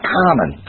common